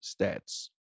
stats